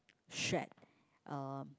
shack uh